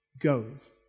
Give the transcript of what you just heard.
goes